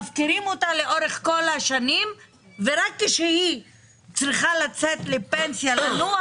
מפקירים אותה לאורך כל השנים ורק כשהיא צריכה לצאת לפנסיה לנוח,